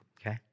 okay